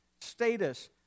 status